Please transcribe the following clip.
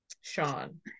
sean